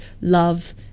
love